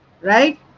Right